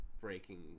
breaking